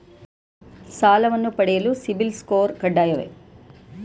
ಸಾಲವನ್ನು ಪಡೆಯಲು ಸಿಬಿಲ್ ಸ್ಕೋರ್ ಕಡ್ಡಾಯವೇ?